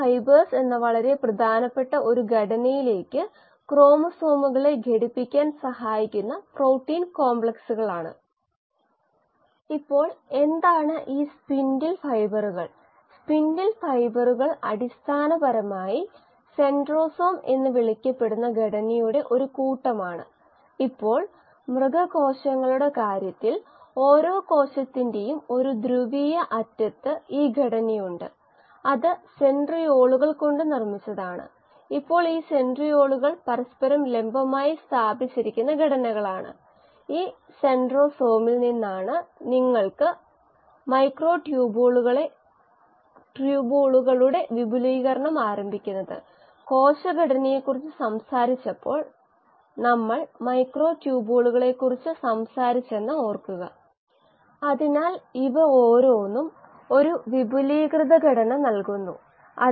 ഫംഗസുകൾ Monod കൈനറ്റിക്സിൽ ആണ് പരമാവധി വളർച്ചാ നിരക്ക് മണിക്കൂറിൽ 0